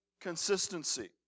consistency